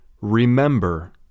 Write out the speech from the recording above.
remember